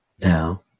Now